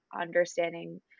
understanding